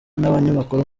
n’abanyamakuru